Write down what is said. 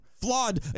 Flawed